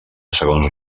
segons